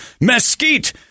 mesquite